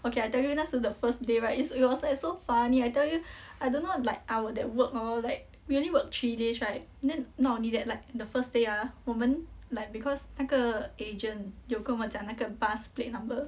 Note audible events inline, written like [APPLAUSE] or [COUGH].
okay I tell you 那时 the first day right is it was like so funny I tell you [BREATH] I don't know like our that work hor like we only work three days right then not only that like the first day ah 我们 like because 那个 agent 有跟我们讲那个 bus plate number